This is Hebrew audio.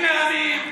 (חבר הכנסת אורן אסף חזן יוצא מאולם המליאה.) שרים מרמים,